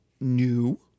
new